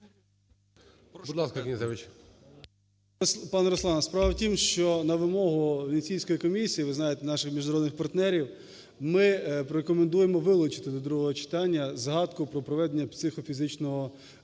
Пане Руслане, справа в тім, що на вимогу Венеційської комісії, ви знаєте наших міжнародних партнерів, ми рекомендуємо вилучити до другого читання згадку про проведення психофізичного